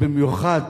ובמיוחד